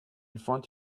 front